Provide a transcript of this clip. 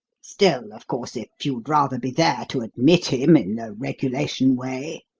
still, of course, if you'd rather be there to admit him in the regulation way